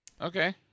Okay